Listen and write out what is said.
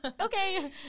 Okay